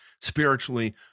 spiritually